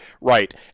right